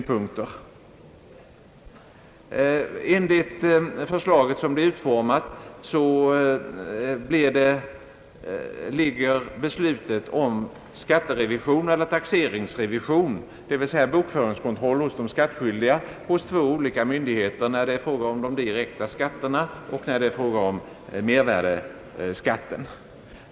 Enligt förslaget, som det är utformat, ligger beslutet om skatterevision eller taxeringsrevision, dvs. bokföringskontroll hos de skattskyldiga, på olika myndigheter eller tjänstemän när det är fråga om de direkta skatterna och när det är fråga om mervärdeskatten.